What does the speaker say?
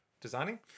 designing